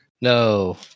No